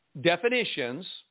definitions